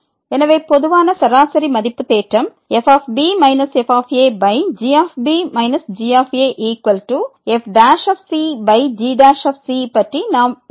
எனவே பொதுவான சராசரி மதிப்பு தேற்றம் fb fgb gfcgc பற்றி நாம் விவாதிக்கிறோம்